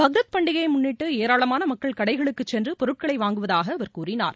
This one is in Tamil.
பக்ரீத் பண்டிகைய முன்னிட்டு ஏராளமான மக்கள் கடைகளுக்கு சென்று பொருட்களை வாங்குவதாக அவர் கூறினார்